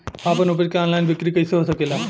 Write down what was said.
आपन उपज क ऑनलाइन बिक्री कइसे हो सकेला?